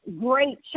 great